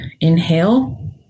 inhale